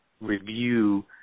review